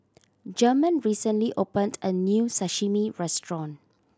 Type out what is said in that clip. German recently opened a new Sashimi Restaurant